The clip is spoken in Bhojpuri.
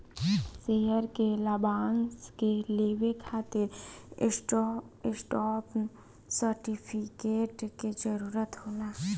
शेयर के लाभांश के लेवे खातिर स्टॉप सर्टिफिकेट के जरूरत होला